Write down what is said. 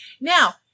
Now